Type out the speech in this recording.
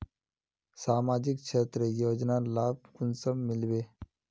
सामाजिक क्षेत्र योजनार लाभ कुंसम मिलबे?